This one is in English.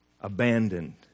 abandoned